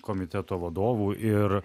komiteto vadovų ir